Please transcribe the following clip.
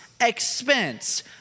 expense